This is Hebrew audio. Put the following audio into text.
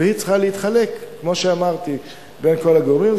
והיא צריכה להתחלק, כמו שאמרתי, בין כל הגורמים.